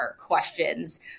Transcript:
questions